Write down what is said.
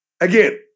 Again